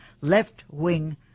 left-wing